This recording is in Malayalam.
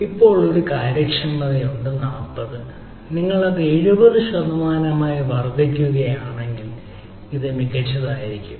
ഇതിന് ഇപ്പോൾ കാര്യക്ഷമതയുണ്ട് 40 നിങ്ങൾ 70 ശതമാനമായി വർദ്ധിക്കുകയാണെങ്കിൽ അതിനാൽ ഇത് മികച്ചതായിരിക്കും